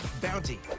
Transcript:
Bounty